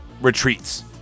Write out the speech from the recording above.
retreats